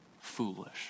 foolish